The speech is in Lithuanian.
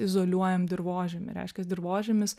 izoliuojam dirvožemį reiškias dirvožemis